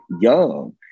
young